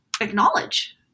acknowledge